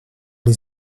les